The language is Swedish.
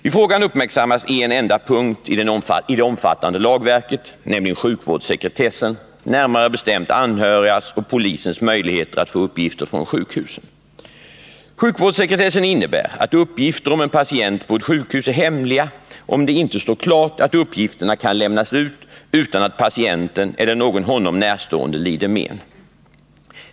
I frågan uppmärksammas en enda punkt i det omfattande lagverket, nämligen sjukvårdssekretessen, närmare bestämt anhörigas och polisens möjligheter att få uppgifter från sjukhusen. Sjukvårdssekretessen innebär att uppgifter om en patient på ett sjukhus är hemliga, om det inte står klart att uppgifterna kan lämnas ut utan att patienten eller någon honom närstående lider men.